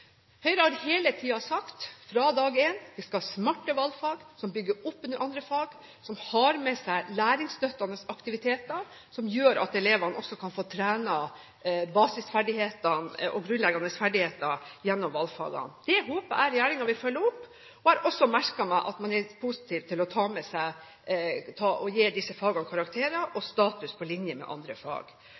Høyre har hele tiden sagt – fra dag én – at vi skal ha smarte valgfag som bygger opp under andre fag, som har med seg læringsstøttende aktiviteter, som gjør at elevene også kan få trent basisferdigheter og grunnleggende ferdigheter gjennom valgfagene. Det håper jeg regjeringen vil følge opp, og jeg har også merket meg at man er positiv til å gi karakterer i disse fagene og gi dem status på linje med andre fag.